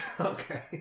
Okay